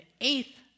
eighth